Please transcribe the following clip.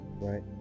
Right